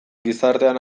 gizartean